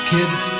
Kids